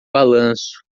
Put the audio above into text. balanço